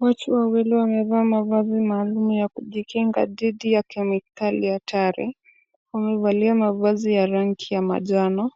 Watu wawili wamevaa mavazi maalum ya kujikinga dhidi ya kemikali hatari. Wamevalia mavazi ya rangi ya manjano,